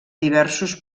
diversos